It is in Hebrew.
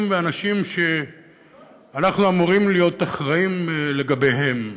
והאנשים שאנחנו אמורים להיות אחראים לגביהם.